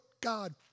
God